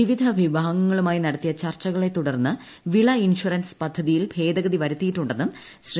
വിവിധ വിഭാഗങ്ങളുമായി നടത്തിയ ചർച്ചകളെ തുടർന്ന് വിള ഇൻഷുറൻസ് പദ്ധതിയിൽ ഭേദഗതി വരുത്തിയിട്ടുണ്ടെന്നും ശ്രീ